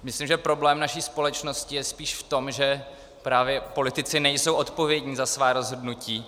Myslím, že problém naší společnosti je spíš v tom, že právě politici nejsou odpovědní za svá rozhodnutí.